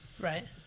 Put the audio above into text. right